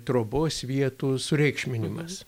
trobos vietų sureikšminimas